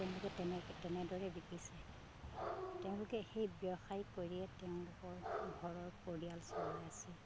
তেওঁলোকে তেনেকে তেনেদৰে বিকিছে তেওঁলোকে সেই ব্যৱসায় কৰিয়ে তেওঁলোকৰ ঘৰৰ পৰিয়াল চলাই আছে